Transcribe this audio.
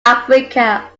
africa